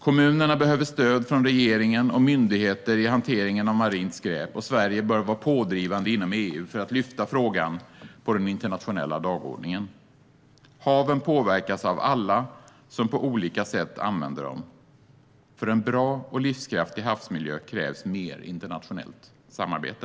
Kommunerna behöver stöd från regeringen och myndigheter i hanteringen av marint skräp, och Sverige bör vara pådrivande inom EU för att lyfta frågan på den internationella dagordningen. Haven påverkas av alla som på olika sätt använder dem. För en bra och livskraftig havsmiljö krävs mer internationellt samarbete.